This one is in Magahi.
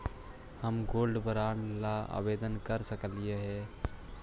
हम गोल्ड बॉन्ड ला आवेदन कर सकली हे?